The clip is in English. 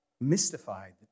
mystified